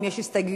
אם יש הסתייגויות,